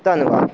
ਧੰਨਵਾਦ